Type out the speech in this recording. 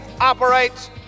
operates